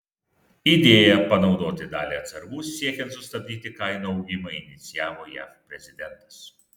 idėją panaudoti dalį atsargų siekiant sustabdyti kainų augimą inicijavo jav prezidentas